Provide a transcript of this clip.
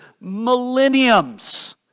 millenniums